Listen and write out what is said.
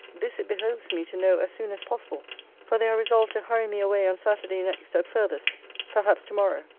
this it behoves me to know as soon as possible for they are resolved to hurry me away on saturday next at farthest perhaps to-morrow.